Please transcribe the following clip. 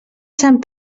sant